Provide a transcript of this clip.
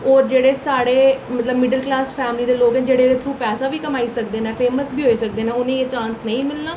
होर जेह्ड़े साढ़े मतलब मीडिल क्लास फैमली दे लोक न जेह्ड़े उत्थूं पैसा बी कमाई सकदे न फेमस बी होई सकदे न उ'नेंगी एह् चांस नेईं मिलना